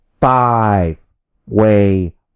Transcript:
five-way